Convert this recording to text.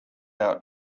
out